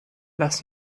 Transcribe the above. lass